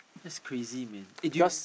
that's crazy man eh do you